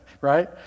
Right